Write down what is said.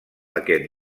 aquest